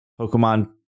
Pokemon